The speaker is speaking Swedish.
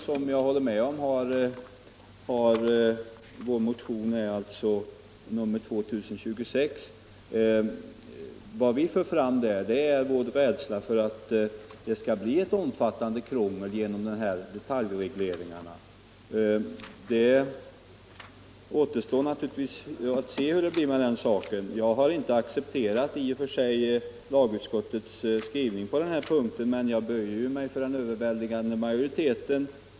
Vad vi för fram i motionen 2026 är vår rädsla över att det skall bli ett omfattande krångel genom de här detaljregleringarna. Det återstår naturligtvis att se hur det blir med den saken. Jag har inte i och för sig accepterat utskottets skrivning, men jag böjer mig för den överväldigande majoriten.